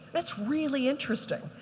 that's really interesting.